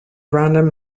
random